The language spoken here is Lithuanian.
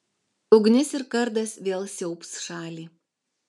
ugnis ir kardas vėl siaubs šalį